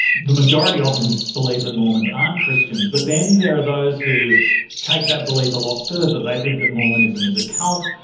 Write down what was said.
the majority of them believe that mormons aren't christians. but then there are those who take that belief a lot further, they think that mormonism is a cult,